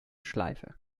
schleife